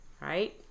right